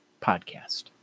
podcast